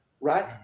right